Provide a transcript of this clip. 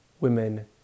women